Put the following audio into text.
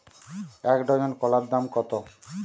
এক ডজন কলার দাম কত?